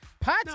pots